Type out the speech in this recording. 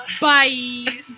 Bye